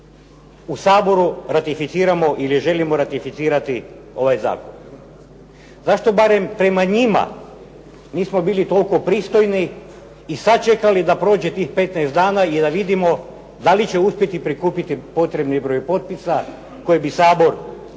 u Saboru ratificiramo ili želimo ratificirati ovaj zakon. Zašto barem prema njima nismo bili toliko pristojni i sačekali da prođe tih 15 dana i da vidimo da li će uspjeti prikupiti potrebni broj potpisa koje bi Sabor obavezivao